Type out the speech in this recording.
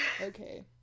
Okay